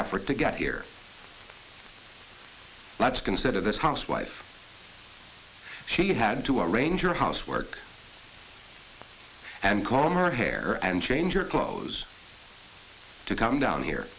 effort to get here let's consider this housewife she had to arrange your housework and calm her hair and change your clothes to come down here